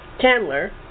Chandler